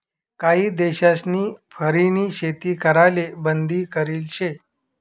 काही देशस्नी फरनी शेती कराले बंदी करेल शे